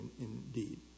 indeed